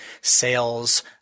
sales